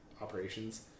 operations